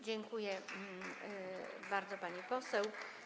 Dziękuję bardzo, pani poseł.